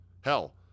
Hell